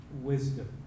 wisdom